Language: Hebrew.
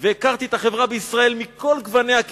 והכרתי את החברה בישראל כמעט